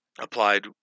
Applied